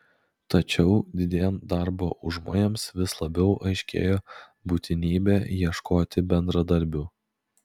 tačiau didėjant darbo užmojams vis labiau aiškėjo būtinybė ieškoti bendradarbių